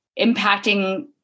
impacting